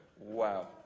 Wow